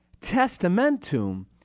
testamentum